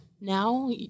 Now